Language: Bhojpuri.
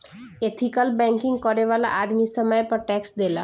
एथिकल बैंकिंग करे वाला आदमी समय पर टैक्स देला